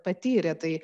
patyrė tai